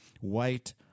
white